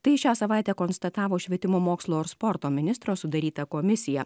tai šią savaitę konstatavo švietimo mokslo ir sporto ministro sudaryta komisija